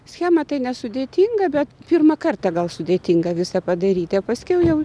schemą tai nesudėtinga bet pirmą kartą gal sudėtinga visą padaryti o paskiau jau